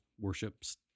worships